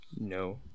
No